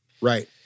Right